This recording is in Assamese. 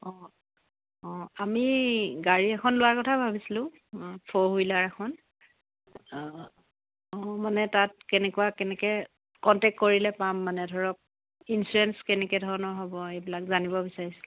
অঁ অঁ আমি গাড়ী এখন লোৱাৰ কথা ভাবিছিলোঁ ফ'ৰ হুইলাৰ এখন অঁ মানে তাত কেনেকুৱা কেনেকৈ কণ্টেক্ট কৰিলে পাম মানে ধৰক ইঞ্চুৰেঞ্চ কেনেকৈ ধৰণৰ হ'ব এইবিলাক জানিব বিচাৰিছিলোঁ